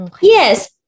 yes